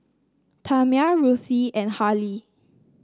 Tamia Ruthie and Harlie